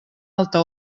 alta